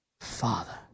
Father